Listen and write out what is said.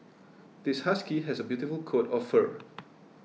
this husky has a beautiful coat of fur